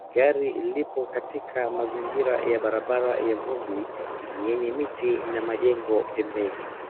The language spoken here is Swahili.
Gari lipo katika mazingira ya barabara ya vumbi yenye miti na majengo pembeni.